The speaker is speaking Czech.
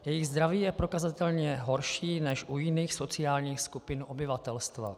Jejich zdraví je prokazatelně horší než u jiných sociálních skupin obyvatelstva.